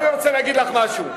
ואני מאוד מכבדת אותך,